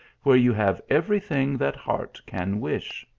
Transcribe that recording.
where you have every thing that heart can wish?